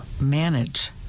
manage